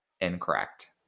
incorrect